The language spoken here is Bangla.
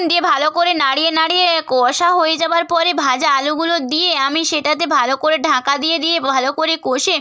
দিয়ে ভালো করে নাড়িয়ে নাড়িয়ে কষা হয়ে যাবার পরে ভাজা আলুগুলো দিয়ে আমি সেটাতে ভালো করে ঢাকা দিয়ে দিয়ে ভালো করে কষে